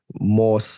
more